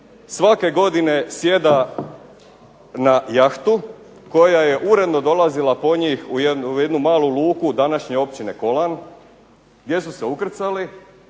svake godine sjeda na jahtu koja je uredno dolazila po njih u jednu malu luku današnje općine Kolan gdje su se ukrcali,